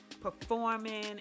performing